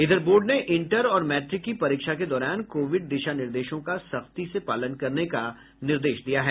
इधर बोर्ड ने इंटर और मैट्रिक की परीक्षा के दौरान कोविड दिशा निर्देशों का सख्ती से पालन करने का निर्देश दिया है